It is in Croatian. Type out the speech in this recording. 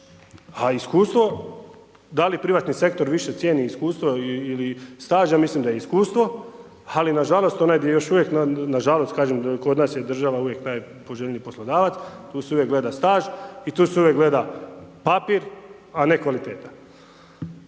A iskustvo, da li privatni sektor više cijeni iskustvo ili staž, ja mislim da je iskustvo ali nažalost, to negdje još, uvijek nažalost kaže, kod nas je država uvijek najpoželjniji poslodavac, tu se uvijek gleda staž i tu se uvijek gleda papir a ne kvaliteta.